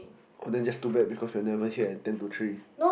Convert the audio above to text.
oh then just too bad because you are never here at ten to three